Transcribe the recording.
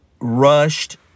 rushed